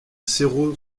cerro